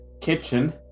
kitchen